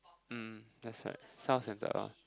mm that's right self centred orh